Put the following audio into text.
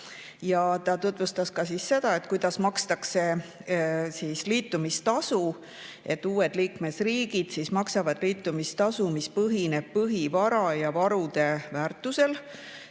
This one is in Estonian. Ta tutvustas ka seda, kuidas makstakse liitumistasu. Uued liikmesriigid maksavad liitumistasu, mis põhineb põhivara ja varude väärtusel,